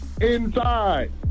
inside